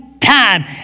Time